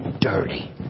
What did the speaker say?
dirty